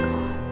God